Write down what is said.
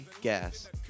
gas